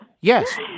Yes